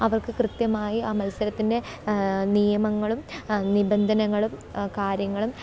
അവര്ക്ക് കൃത്യമായി ആ മത്സരത്തിന്റെ നിയമങ്ങളും നിബന്ധനകളും കാര്യങ്ങളും